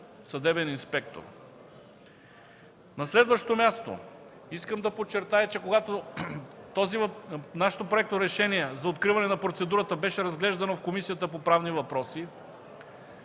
съдебен инспектор. На следващо място, искам да подчертая, че нашето проекторешение за откриване на процедурата беше разглеждано в Комисията по правни въпроси,